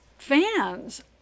fans